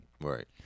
Right